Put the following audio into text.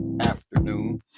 afternoon